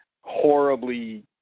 horribly